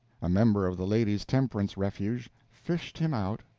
a member of the ladies' temperance refuge fished him out,